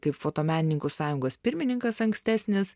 kaip fotomenininkų sąjungos pirmininkas ankstesnis